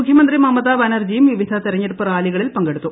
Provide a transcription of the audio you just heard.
മുഖ്യമന്ത്രി മമതാ ബാനർജിയും വിവിധ തെരഞ്ഞെടുപ്പ് റാലികളിൽ പങ്കെടുത്തു